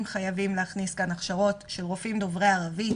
חייבים להכניס כאן הכשרות של רופאים דוברי ערבית,